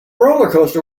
rollercoaster